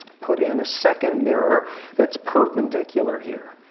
put in a second mirror that's perpendicular here.